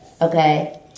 okay